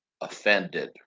offended